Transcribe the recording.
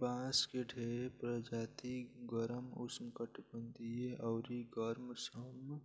बांस के ढेरे प्रजाति गरम, उष्णकटिबंधीय अउरी गरम सम